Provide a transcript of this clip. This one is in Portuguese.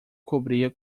cobria